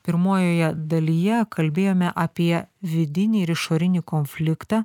pirmojoje dalyje kalbėjome apie vidinį ir išorinį konfliktą